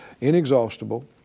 inexhaustible